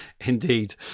Indeed